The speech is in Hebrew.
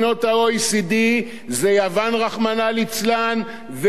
זה יוון, רחמנא ליצלן, ואיטליה, רחמנא ליצלן.